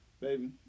baby